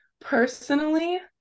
personally